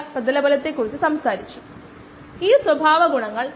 ഇതെല്ലാം നമുക്കറിയാം ഇപ്പോൾ ആവശ്യമുള്ളവയുമായി ബന്ധിപ്പിക്കേണ്ടതുണ്ട്